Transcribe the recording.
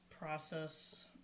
process